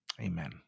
Amen